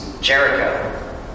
Jericho